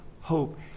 hope